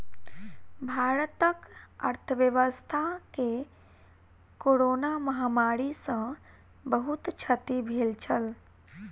भारतक अर्थव्यवस्था के कोरोना महामारी सॅ बहुत क्षति भेल छल